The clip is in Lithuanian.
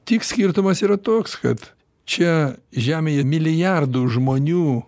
tik skirtumas yra toks kad čia žemėje milijardų žmonių